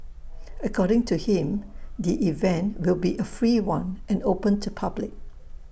according to him the event will be A free one and open to public